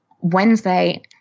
Wednesday